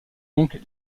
donc